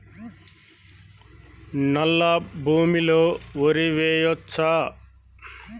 నల్లా భూమి లో వరి వేయచ్చా?